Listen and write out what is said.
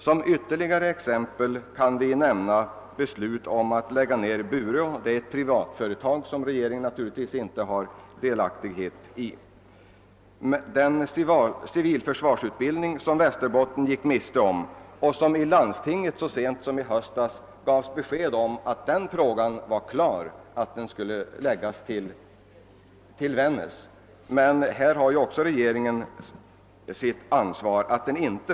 Som ytterligare exempel kan vi nämna beslutet om att lägga ned sågverket i Bureå» — det gäller ett privatföretag där regeringen inte har någon delaktighet i beslutet — »den civilförsvarsutbildning :som Vännäs gick miste om» och som landstinget så sent som i höstas fick besked av en socialdemokratisk riksdagsman att den skulle förläggas till Vännäs. Regeringen har sitt ansvar även här.